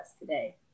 today